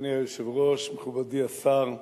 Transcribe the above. אדוני היושב-ראש, מכובדי השר,